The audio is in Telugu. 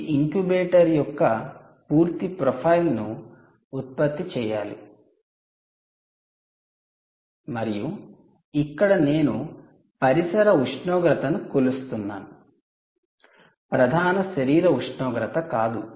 ఇది ఇంక్యుబేటర్ యొక్క పూర్తి ప్రొఫైల్ను ఉత్పత్తి చేయాలి మరియు ఇక్కడ నేను పరిసర ఉష్ణోగ్రతను కొలుస్తున్నాను ప్రధాన శరీర ఉష్ణోగ్రత కాదు